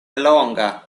longa